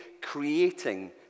creating